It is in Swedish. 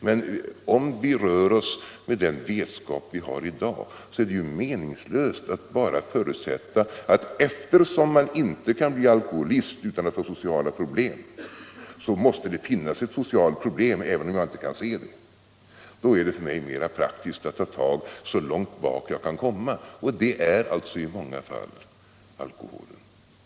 Men om vi rör oss med den vetskap vi har i dag är det meningslöst att bara förutsätta att eftersom man inte kan bli alkoholist utan att ha sociala problem måste det finnas ett socialt problem, även om jag inte kan se det. Då är det för mig mera praktiskt att ta tag i problemen så långt bak jag kan komma, och det är alltså i många fall alkoholen.